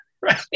right